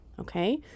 okay